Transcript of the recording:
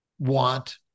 want